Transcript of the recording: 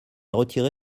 retiré